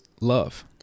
love